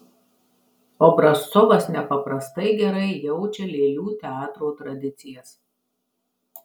obrazcovas nepaprastai gerai jaučia lėlių teatro tradicijas